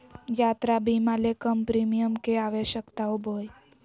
यात्रा बीमा ले कम प्रीमियम के आवश्यकता होबो हइ